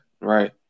right